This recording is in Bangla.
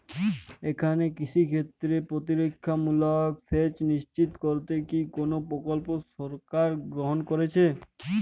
এখানে কৃষিক্ষেত্রে প্রতিরক্ষামূলক সেচ নিশ্চিত করতে কি কোনো প্রকল্প সরকার গ্রহন করেছে?